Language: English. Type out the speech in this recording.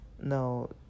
no